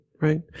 Right